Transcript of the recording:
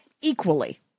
equally